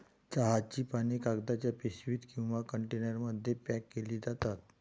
चहाची पाने कागदाच्या पिशवीत किंवा कंटेनरमध्ये पॅक केली जातात